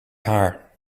haar